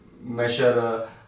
measure